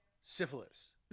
syphilis